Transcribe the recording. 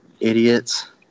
idiots